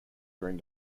during